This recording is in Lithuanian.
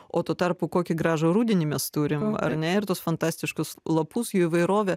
o tuo tarpu kokį gražų rudenį mes turim ar ne ir tuos fantastiškus lapus jų įvairovę